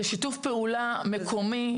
זה שיתוף פעולה מקומי,